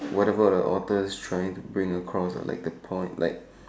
whatever the author is trying to bring across ah like the point like